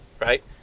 right